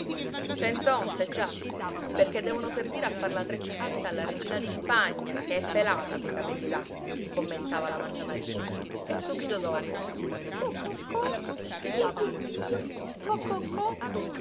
meno cent'onze già perché devono servire a far la treccia finta alla regina di spagna che è pelata quei capelli là commentava la mangiamariti e subito dopo co co co